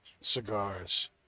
cigars